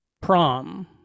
prom